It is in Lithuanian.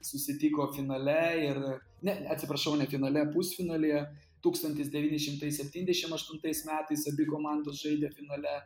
susitiko finale ir ne atsiprašau ne finale pusfinalyje tūkstantis devyni šimtai septyndešim aštuntais metais abi komandos žaidė finale